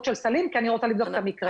של סלים כי אני רוצה לבדוק את המקרה.